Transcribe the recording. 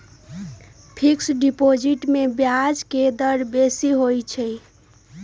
fixed deposit में ब्याज के दर बेशी होइ छइ